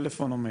טלפון או מייל.